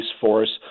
Force